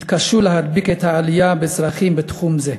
יתקשו להדביק את העלייה בצרכים בתחום זה